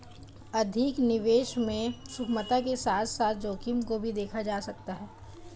अधिक निवेश में सुगमता के साथ साथ जोखिम को भी देखा जा सकता है